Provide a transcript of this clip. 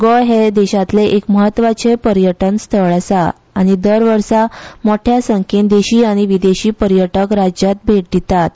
गोंय हे देशांतले एक म्हत्वाचे पर्यटन स्थळ आसा आनी दर वर्सा मोठ्या संख्येन देशी आनी विदेशी पर्यटक राज्यांत भेट दितात